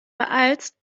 beeilst